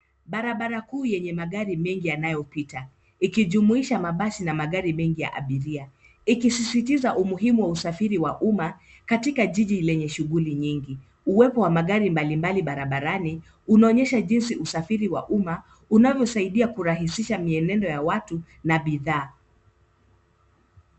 Barabara kuu yenye magari mengi yanayopita, ikijumuisha mabasi na magari mengi ya abiria, ikisisitiza umuhimu wa usafiri wa umma katika jiji lenye shughuli nyingi. Uwepo wa magari mbalimbali barabarani, unaonyesha jinsi usafiri wa umma, unavyosaidia kurahisisha mienendo ya watu na bidhaa.